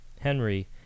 Henry